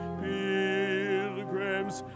pilgrims